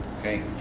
Okay